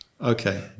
Okay